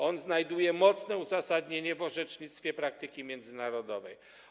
On znajduje mocne uzasadnienie w orzecznictwie praktyki międzynarodowej.